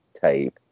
type